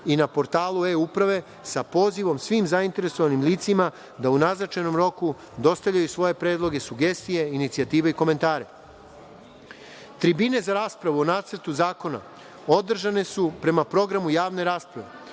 i na Portalu e-uprave sa pozivom svim zainteresovanim licima da u naznačenom roku dostavljaju svoje predloge, sugestije, inicijative i komentare. Tribine za raspravu o Nacrtu zakona održane su prema programu javne rasprave.